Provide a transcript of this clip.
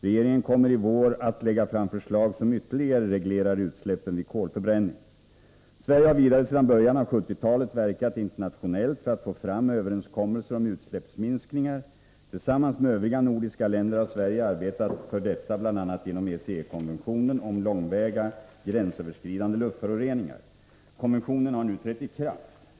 Regeringen kommeri Nr 24 vår att lägga fram förslag som ytterligare reglerar utsläppen vid kolförbrän é Tisdagen den INS: 15 november 1983 Sverige har vidare sedan början av 1970-talet verkat internationellt för att få fram överenskommelser om utsläppsminskningar. Tillsammans med övri Om åtgärder för att ga nordiska länder har Sverige arbetat för detta främst inom ECE-konventio =< kydda skog mot nen om långväga gränsöverskridande luftföroreningar. Konventionen har nu försurning trätt i kraft.